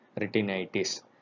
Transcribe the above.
retinitis